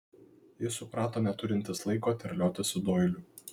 jis suprato neturintis laiko terliotis su doiliu